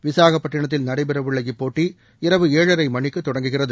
விசாகப்பட்டிணத்தில் நடைபெறவுள்ள இப்போட்டி இரவு ஏழரை மணிக்கு தொடங்குகிறது